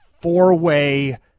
four-way